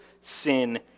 sin